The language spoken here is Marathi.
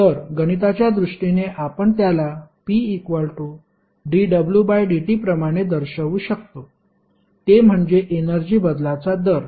तर गणिताच्या दृष्टीने आपण त्याला p≜dwdt प्रमाणे दर्शवू शकतो ते म्हणजे एनर्जी बदलाचा दर